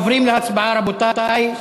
עוברים להצבעה, רבותי.